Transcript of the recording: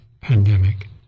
Pandemic